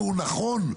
הוא לא מוצא את עצמו.